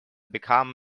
become